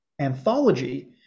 anthology